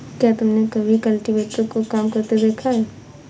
क्या तुमने कभी कल्टीवेटर को काम करते देखा है?